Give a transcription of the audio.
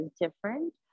different